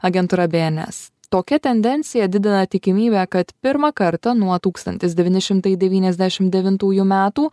agentūra bns tokia tendencija didina tikimybę kad pirmą kartą nuo tūkstantis devyni šimtai devyniasdešim devintųjų metų